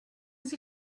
sich